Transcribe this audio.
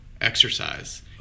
exercise